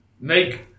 Make